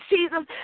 Jesus